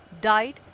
died